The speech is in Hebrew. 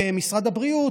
כמשרד הבריאות,